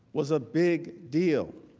was a big deal.